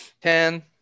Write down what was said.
Ten